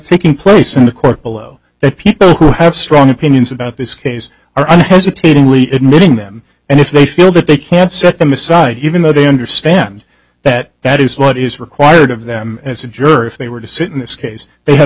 taking place in the court below that people who have strong opinions about this case are unhesitatingly admitting them and if they feel that they can set them aside even though they understand that that is what is required of them as a jerk if they were to sit in this case they have